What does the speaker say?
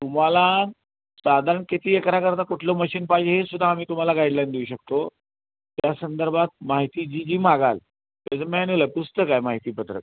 तुम्हाला साधारण किती एकराकरता कुठलं मशीन पाहिजे हे सुद्धा आम्ही तुम्हाला गाईडलाईन देऊ शकतो त्या संदर्भात माहिती जी जी मागाल त्याचं मॅन्युअल आहे पुस्तक आहे माहिती पत्रक